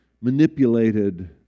manipulated